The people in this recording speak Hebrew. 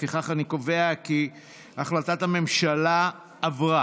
לפיכך, אני קובע כי החלטת הממשלה עברה.